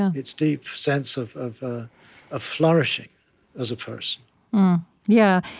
um its deep sense of of ah ah flourishing as a person yeah,